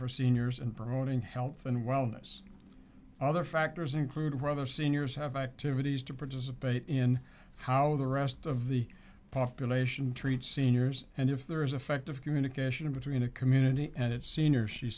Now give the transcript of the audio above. for seniors and promoting health and wellness other factors include rather seniors have activities to participate in how the rest of the population treats seniors and if there is effect of communication between a community and its senior she